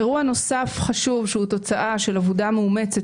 אירוע נוסף חשוב שהוא תוצאה של עבודה מאומצת